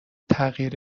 تغییر